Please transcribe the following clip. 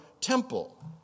temple